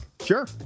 sure